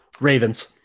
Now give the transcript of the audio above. Ravens